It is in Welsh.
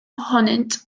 ohonynt